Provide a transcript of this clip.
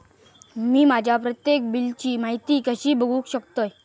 मी माझ्या प्रत्येक बिलची माहिती कशी बघू शकतय?